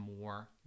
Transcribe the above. more